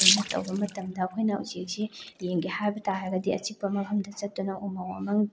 ꯑꯩꯈꯣꯏꯅ ꯇꯧꯕ ꯃꯇꯝꯗ ꯑꯩꯈꯣꯏꯅ ꯎꯆꯦꯛꯁꯤ ꯌꯦꯡꯒꯦ ꯍꯥꯏꯕ ꯇꯥꯔꯒꯗꯤ ꯑꯆꯤꯛꯄ ꯃꯐꯝꯗ ꯆꯠꯇꯨꯅ ꯎꯃꯪ ꯋꯥꯃꯪ